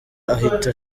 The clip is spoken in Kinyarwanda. ahita